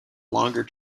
longer